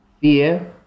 fear